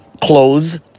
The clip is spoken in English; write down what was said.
clothes